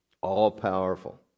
all-powerful